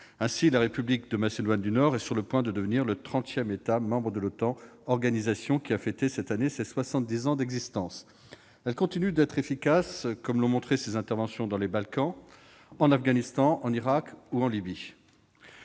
Ainsi, la république de Macédoine du Nord est sur le point de devenir le trentième État membre de l'OTAN, une organisation qui a fêté cette année ses soixante-dix ans d'existence et qui continue d'être efficace, comme l'ont montré ses interventions dans les Balkans, en Afghanistan, en Irak et en Libye.